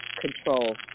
control